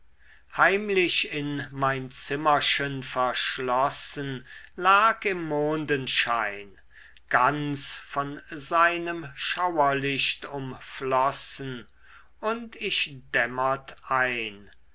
heimlich in mein zimmerchen verschlossen lag im mondenschein ganz von seinem schauerlicht umflossen und ich dämmert ein